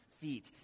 feet